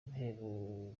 ibihembo